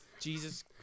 Jesus